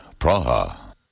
Praha